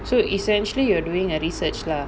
so essentially you're doing a research lah